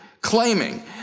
claiming